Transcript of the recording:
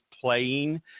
playing